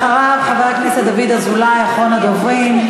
אחריו, חבר הכנסת דוד אזולאי, אחרון הדוברים.